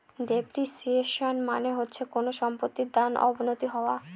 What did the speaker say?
depreciation মানে হচ্ছে কোনো সম্পত্তির দাম অবনতি হওয়া